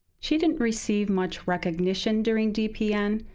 she didn't receive much recognition during dpn.